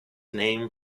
name